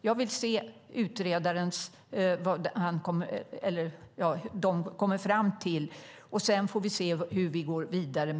Jag vill se vad utredarna kommer fram till, och sedan får vi se hur vi går vidare.